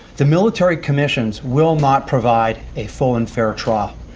the military commissions will not provide a full and fair trial.